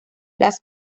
las